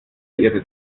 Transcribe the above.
ihre